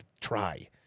Try